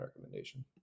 recommendation